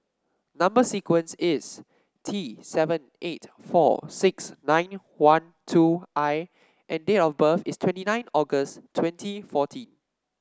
number sequence is T seven eight four six nine one two I and date of birth is twenty nine August twenty fourteen